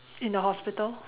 in a hospital